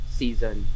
season